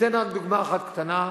אתן רק דוגמה אחת קטנה: